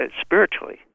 spiritually